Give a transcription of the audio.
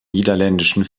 niederländischen